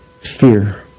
Fear